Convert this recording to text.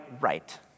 right